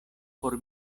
por